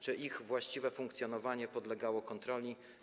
Czy ich właściwe funkcjonowanie podlegało kontroli?